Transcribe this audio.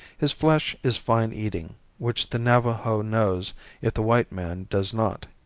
his flesh is fine eating, which the navajo knows if the white man does not.